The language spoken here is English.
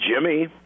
Jimmy